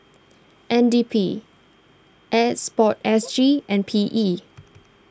N D P S Port S G and P E